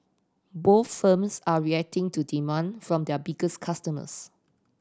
both firms are reacting to demand from their biggest customers